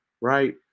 Right